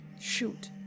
Shoot